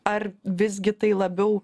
ar visgi tai labiau